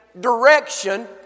direction